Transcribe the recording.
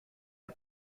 der